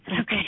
okay